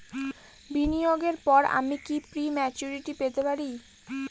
বিনিয়োগের পর আমি কি প্রিম্যচুরিটি পেতে পারি?